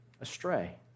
astray